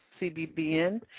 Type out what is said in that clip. CBBN